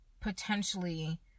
potentially